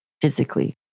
physically